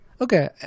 Okay